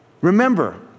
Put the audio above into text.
Remember